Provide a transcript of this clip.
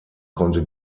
konnte